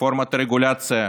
רפורמת הרגולציה,